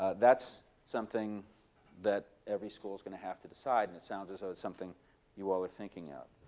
that's something that every school is going to have to decide. and it sounds as though it's something you all are thinking of.